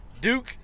Duke